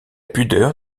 pudeur